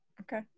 okay